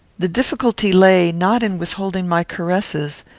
the difficulty lay, not in withholding my caresses,